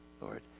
Lord